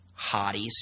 hotties